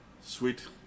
sweet